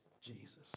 Jesus